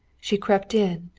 she crept in,